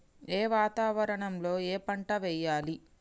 ఏ వాతావరణం లో ఏ పంట వెయ్యాలి?